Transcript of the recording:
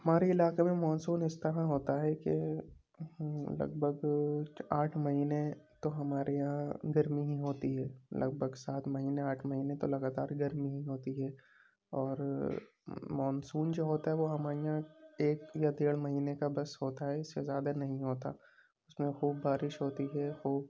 ہمارے علاقے میں مونسون اس طرح ہوتا ہے کہ لگ بھگ آٹھ مہینے تو ہمارے یہاں گرمی ہی ہوتی ہے لگ بھگ سات مہینے آٹھ مہینے تو لگاتار گرمی ہی ہوتی ہے اور مونسون جو ہوتا ہے وہ ہمارے یہاں ایک یا دیڑھ مہینے کا بس ہوتا ہے اس سے زیادہ نہیں ہوتا اس میں خوب بارش ہوتی ہے خوب